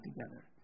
together